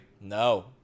no